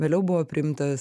vėliau buvo priimtas